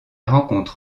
rencontre